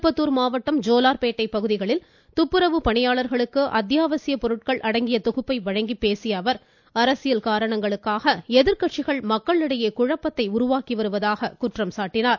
திருப்பத்தூர் ஜோலார்பேட்டை பகுதிகளில் துப்புரவு பணியாளர்களுக்கு அத்தியாவசியப் பொருட்கள் அடங்கிய தொகுப்பை வழங்கிப் பேசிய அவர் அரசியல் காரணங்களுக்காக எதிர்க்கட்சிகள் மக்களிடையே குழப்பத்தை உருவாக்கி வருவதாக குற்றம் சாட்டினார்